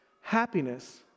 Happiness